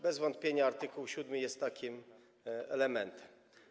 Bez wątpienia art. 7 jest takim elementem.